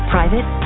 Private